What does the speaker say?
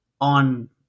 on